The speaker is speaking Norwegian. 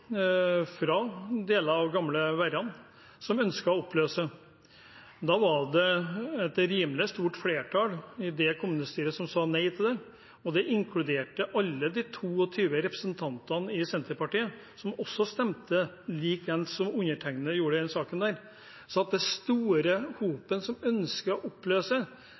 fra deler av gamle Verran om at de ønsker å oppløse. Da var det et rimelig stort flertall i kommunestyret som sa nei til det, og det inkluderte alle de 22 representantene fra Senterpartiet, som stemte like ens som undertegnede gjorde i den saken. Så at det er den store hopen som ønsker å oppløse,